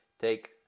take